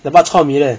the ba chor mee there